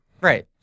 right